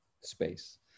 space